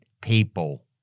people